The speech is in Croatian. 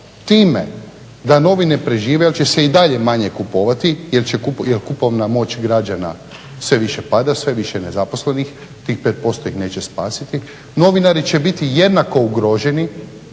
time da novine prežive jer će se i dalje manje kupovati jer kupovna moć građana sve više pada, sve više je nezaposlenih, tih 5% ih neće spasiti, novinari će biti jednako ugroženi